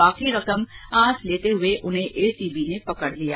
बाकी रकम आज लेते हुए उन्हें एसीबी ने पकड़ लिया